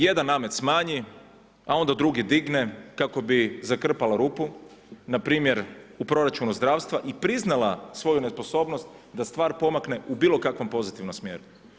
Jedan namet smanji, a onda drugi digne kako bi zakrpala rupu, na primjer u proračunu zdravstva i priznala svoju nesposobnost da stvar pomakne u bilo kakvom pozitivnom smjeru.